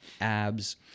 abs